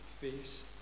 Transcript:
face